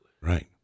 Right